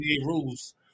rules